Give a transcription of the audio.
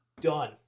Done